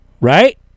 right